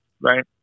right